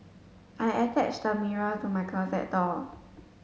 I attached the mirror to my closet door